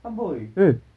amboi